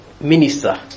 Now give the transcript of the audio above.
minister